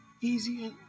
easier